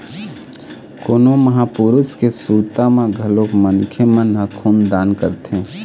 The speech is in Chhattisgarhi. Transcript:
कोनो महापुरुष के सुरता म घलोक मनखे मन ह खून दान करथे